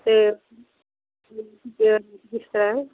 ਅਤੇ